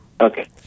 Okay